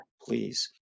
please